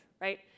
right